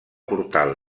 portal